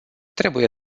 trebuie